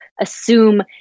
assume